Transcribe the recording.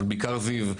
אבל בעיקר זיו,